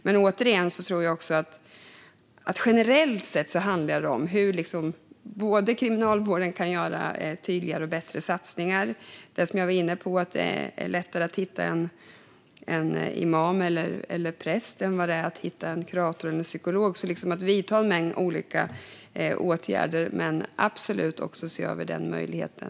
Jag tror, återigen, att det generellt sett handlar om hur Kriminalvården kan göra tydligare och bättre satsningar. Jag var inne på att det är lättare att hitta en imam eller en präst än att hitta en kurator eller en psykolog. Det handlar om att vidta en mängd olika åtgärder, men man kan absolut också se över den möjligheten.